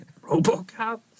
RoboCop